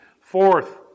Fourth